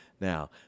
now